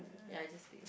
ya you just pick